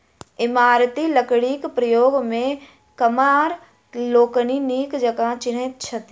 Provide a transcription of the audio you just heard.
इमारती लकड़ीक प्रकार के कमार लोकनि नीक जकाँ चिन्हैत छथि